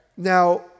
Now